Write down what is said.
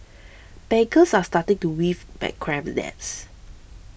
bankers are starting to weave bad cram the nets